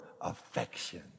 affection